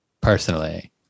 personally